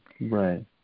Right